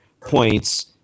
points